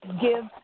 Give